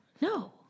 No